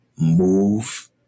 move